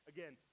Again